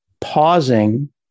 pausing